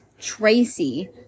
Tracy